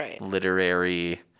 literary